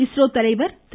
இஸ்ரோ தலைவர் திரு